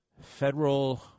Federal